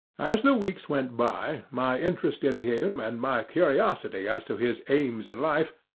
as the weeks went by, my interest in him and my curiosity as to his aims in life,